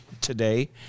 today